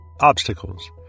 Obstacles